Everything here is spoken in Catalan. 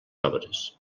obres